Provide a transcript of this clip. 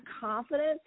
confidence